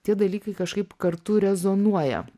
tie dalykai kažkaip kartu rezonuoja